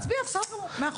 נצביע, בסדר גמור.